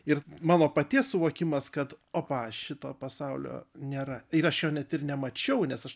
ir mano paties suvokimas kad opa šito pasaulio nėra ir aš jo net ir nemačiau nes aš